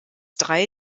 drei